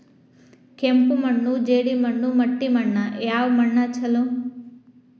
ಕೆಂಪು ಮಣ್ಣು, ಜೇಡಿ ಮಣ್ಣು, ಮಟ್ಟಿ ಮಣ್ಣ ಯಾವ ಮಣ್ಣ ಛಲೋ?